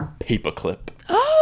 Paperclip